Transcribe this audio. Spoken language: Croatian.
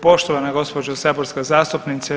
Poštovana gospođo saborska zastupnice.